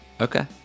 Okay